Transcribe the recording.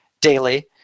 daily